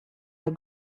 der